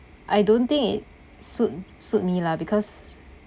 I don't think it suit suit me lah because